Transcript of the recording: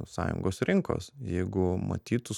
sąjungos rinkos jeigu matytus